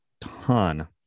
ton